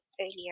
earlier